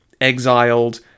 exiled